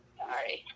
sorry